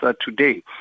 today